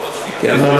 מקור,